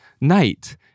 night